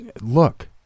Look